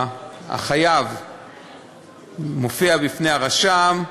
החייב מופיע בפני הרשם,